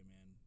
man